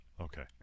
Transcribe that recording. Okay